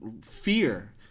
fear